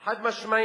חד-משמעית.